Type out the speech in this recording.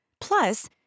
Plus